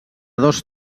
dos